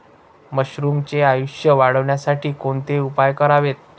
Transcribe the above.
मशरुमचे आयुष्य वाढवण्यासाठी कोणते उपाय करावेत?